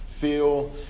Feel